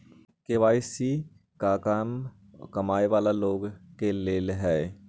KYC का कम कमाये वाला लोग के लेल है?